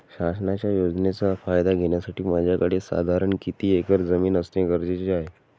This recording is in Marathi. शासनाच्या योजनेचा फायदा घेण्यासाठी माझ्याकडे साधारण किती एकर जमीन असणे गरजेचे आहे?